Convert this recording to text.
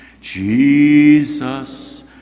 Jesus